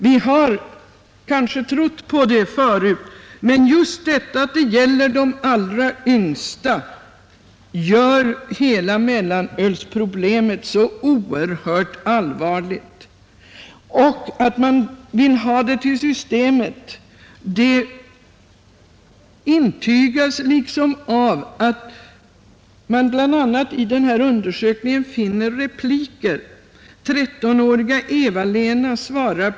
Vi har kanske förut trott på detta, men det förhållandet att det gäller de allra yngsta gör nu hela mellanölsproblemet oerhört allvarligt. Angelägenheten av att mellanölsförsäljningen flyttas till systembutikerna bestyrks av en del repliker i den nämnda undersökningen.